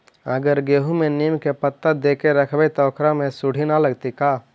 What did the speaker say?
अगर गेहूं में नीम के पता देके यखबै त ओकरा में सुढि न लगतै का?